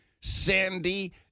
sandy